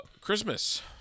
Christmas